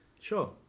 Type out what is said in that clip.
Sure